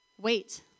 wait